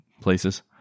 places